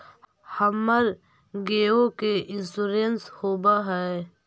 हमर गेयो के इंश्योरेंस होव है?